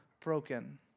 broken